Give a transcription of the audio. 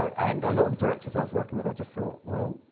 and a lot of directors i was working with, i just thought, well,